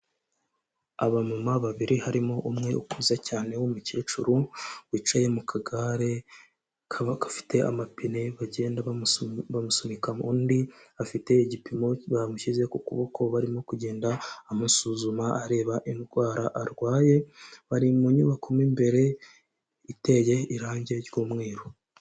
Abamama babiri harimo umwe ukuze cyane w'umukecuru, wicaye mu kagare kaba gafite amapine bagenda bamusunika, undi afite igipimo bamushyize ku kuboko barimo kugenda amusuzuma areba indwara arwaye, bari mu nyubako mo imbere iteye irangi ry'umweru.